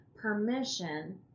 permission